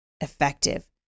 effective